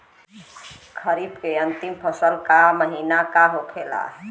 खरीफ के अंतिम फसल का महीना का होखेला?